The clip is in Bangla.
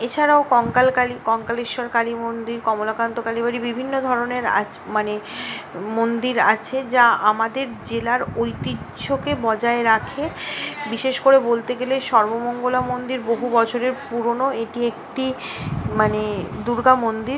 এছাড়াও কঙ্কালকালী কঙ্কালেশ্বর কালী মন্দির কমলাকান্ত কালী বাড়ি বিভিন্ন ধরনের আছ মানে মন্দির আছে যা আমাদের জেলার ঐতিহ্যকে বজায় রাখে বিশেষ করে বলতে গেলে সর্বমঙ্গলা মন্দির বহু বছরের পুরনো এটি একটি মানে দুর্গা মন্দির